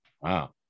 Wow